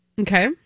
okay